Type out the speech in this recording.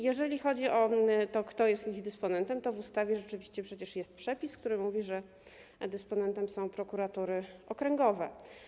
Jeżeli chodzi o to, kto jest ich dysponentem, to w ustawie rzeczywiście jest przepis, który mówi, że dysponentami są prokuratury okręgowe.